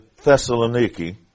Thessaloniki